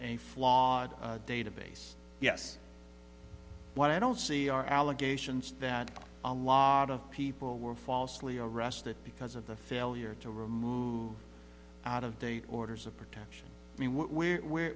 a flawed database yes what i don't see are allegations that a lot of people were falsely arrested because of the failure to remove out of date orders of protection mean where where wh